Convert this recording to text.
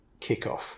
kickoff